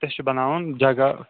کَتنس چھُ بَناوُن جَگہ